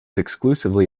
exclusively